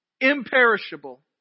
imperishable